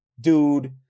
dude